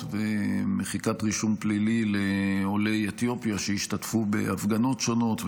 במחיקת רישום פלילי לעולי אתיופיה שהשתתפו בהפגנות שונות.